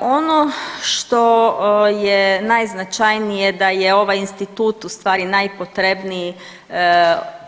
Ono što je najznačajnije da je ovaj institut u stvari najpotrebniji